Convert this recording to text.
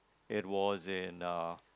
it was in uh